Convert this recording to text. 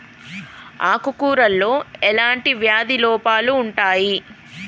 ఆకు కూరలో ఎలాంటి వ్యాధి లోపాలు ఉంటాయి?